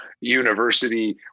university